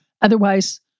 Otherwise